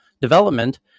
development